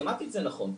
מתמטית זה נכון,